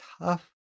tough